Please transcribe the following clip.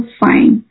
fine